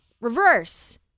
reverse